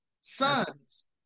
Sons